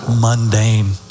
mundane